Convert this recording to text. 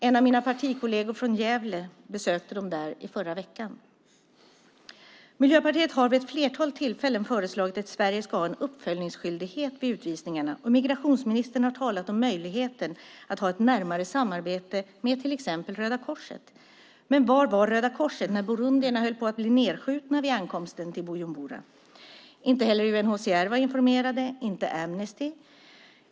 En av mina partikolleger från Gävle besökte dem där förra veckan. Miljöpartiet har vid ett flertal tillfällen föreslagit att Sverige ska ha en uppföljningsskyldighet vid utvisningarna. Migrationsministern har talat om möjligheten att ha ett närmare samarbete med till exempel Röda Korset. Men var fanns Röda Korset när burundierna höll på att bli nedskjutna vid ankomsten till Bujumbura? Inte heller UNHCR eller Amnesty var informerade.